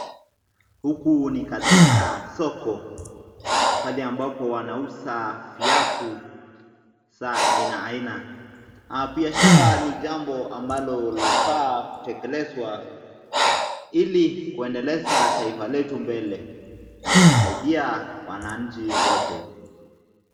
Huku ni katika soko, pale ambapo wanauza viatu vya aina aina. Biashara ni jambo ambalo linafaa kutekelezwa ili kuendesha taifa letu mbele, na kuasaidia wananchi wote.